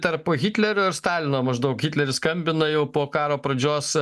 tarp hitlerio ir stalino maždaug hitleris skambina jau po karo pradžios